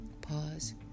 pause